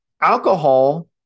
Alcohol